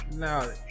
Now